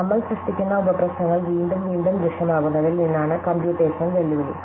നമ്മൾ സൃഷ്ടിക്കുന്ന ഉപ പ്രശ്നങ്ങൾ വീണ്ടും വീണ്ടും ദൃശ്യമാകുന്നതിൽ നിന്നാണ് കമ്പ്യൂട്ടേഷണൽ വെല്ലുവിളി